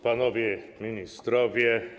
Panowie Ministrowie!